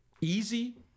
easy